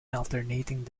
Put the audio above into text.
alternating